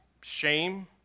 shame